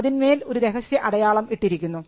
അതിന്മേൽ ഒരു രഹസ്യ അടയാളം ഇട്ടിരിക്കുന്നു